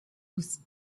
whose